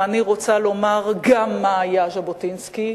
וגם אני רוצה לומר מה היה ז'בוטינסקי,